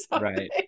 Right